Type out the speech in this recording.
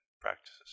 practices